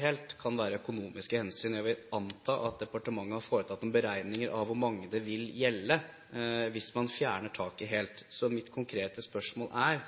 helt kan være økonomiske hensyn. Jeg vil anta at departementet har foretatt noen beregninger av hvor mange det vil gjelde hvis man fjerner taket helt. Mitt konkrete spørsmål er: